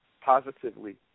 positively